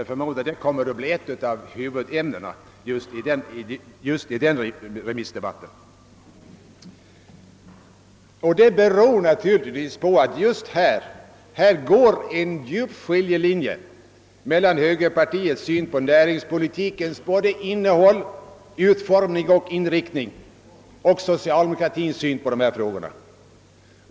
Jag förmodar att det kommer att bli ett av huvudämnena i den kommande remissdebatten. Det beror självfallet på att just på detta område går en bestämd skiljelinje mellan högerpartiets syn på näringspolitikens innehåll, utformning och inriktning och socialdemokratins syn på dessa frågor.